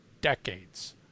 decades